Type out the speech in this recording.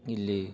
ಇಲ್ಲಿ